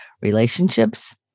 relationships